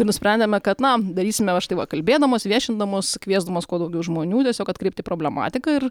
ir nusprendėme kad na darysime va štai va kalbėdamos viešindamos kviesdamos kuo daugiau žmonių tiesiog atkreipti problematiką ir